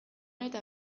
eta